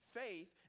faith